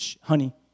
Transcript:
Honey